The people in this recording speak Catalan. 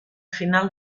final